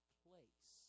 place